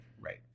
right